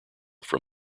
from